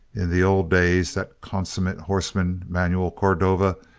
in the old days that consummate horseman, manuel cordova,